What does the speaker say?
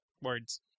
words